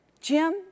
Jim